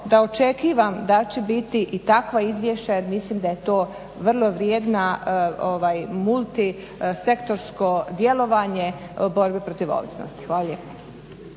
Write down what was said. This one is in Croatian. da očekivam da će biti i takva izvješće jer mislim da je to vrlo vrijedna multisektorsko djelovanje u borbi protiv ovisnosti. Hvala lijepo.